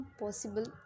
possible